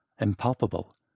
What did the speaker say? impalpable